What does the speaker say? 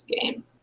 game